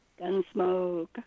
Gunsmoke